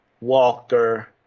walker